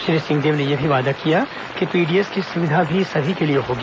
श्री सिंहदेव ने ये भी वादा किया कि पीडीएस की सुविधा भी सभी के लिए होगी